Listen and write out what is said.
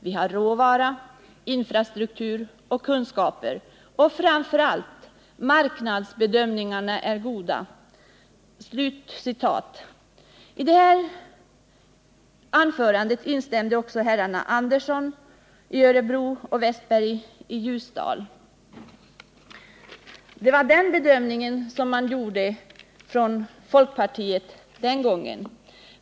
Vi har råvara, infrastruktur och kunskaper, och framför allt: marknadsbedömningarna är goda.” I detta anförande instämde herrarna Andersson i Örebro och Westberg i Ljusdal. Det var den bedömningen man inom folkpartiet gjorde den gången.